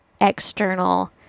external